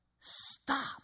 Stop